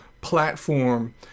platform